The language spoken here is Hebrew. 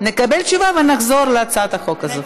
נקבל תשובה ונחזור להצעת החוק הזאת.